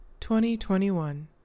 2021